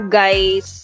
guys